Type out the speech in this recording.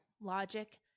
Logic